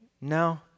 no